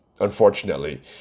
unfortunately